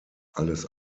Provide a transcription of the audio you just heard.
alles